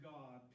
God